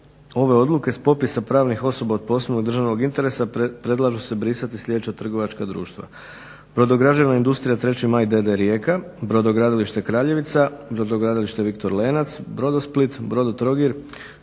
ove odluke s popisa pravnih osoba od posebnog državnog interesa predlažu se brisati sljedeća trgovačka društva: Brodograđevna industrija 3. Maj d.d. Rijeka, Brodogradilište Kraljevica, Brodogradilište Viktor Lenac, Brodosplit, Brodotrogir,